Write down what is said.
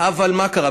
אבל מה קרה,